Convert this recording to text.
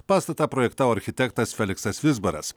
pastatą projektavo architektas feliksas vizbaras